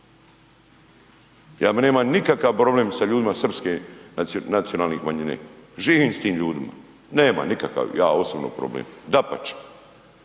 bi nema nikakav problem sa ljudima srpske nacionalne manjine, živim s tim ljudima, nemam nikakav ja osobno problem. Dapače,